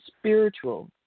spiritual